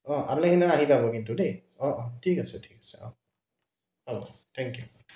অঁ আপুনি সেইদিনা আহি যাব কিন্তু দেই অঁ অঁ ঠিক আছে ঠিক আছে অঁ হ'ব থ্যেংক ইউ